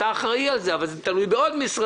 אתה אחראי על זה אבל זה תלוי בעוד משרדים,